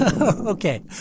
Okay